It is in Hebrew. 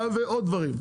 ועוד דברים.